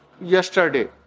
yesterday